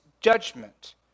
judgment